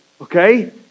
okay